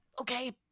Okay